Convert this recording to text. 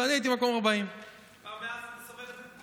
ואני הייתי במקום 40. אתה מאז סוחב את זה?